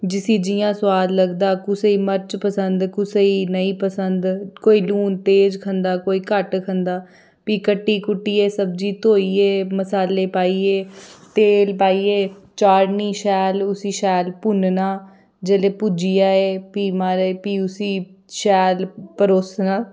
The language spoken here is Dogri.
जिसी जियां सोआद लगदा कुसै ई मर्च पंसद कुसै ई नेईं पंसद कोई लून तेज खंदा कोई घट्ट खंदा फ्ही कट्टी कुटियै सब्जी धोइयै मसाले पाइयै तेल पाइयै चाढ़नी शैल उसी शैल भुन्नना जेल्लै भुज्जी जाए फ्ही महाराज फ्ही उसी शैल परोसना